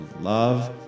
love